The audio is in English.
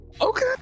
okay